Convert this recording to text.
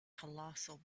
colossal